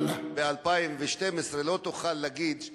יאללה, לטובת הכנסת 400 שקל.